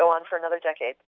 go on for another decade